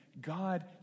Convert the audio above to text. God